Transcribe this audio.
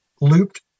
looped